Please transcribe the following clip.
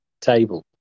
table